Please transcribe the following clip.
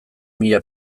mila